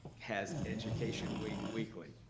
has education week weekly.